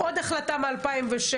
עוד החלטה מ-2006,